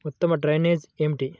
ఉత్తమ డ్రైనేజ్ ఏమిటి?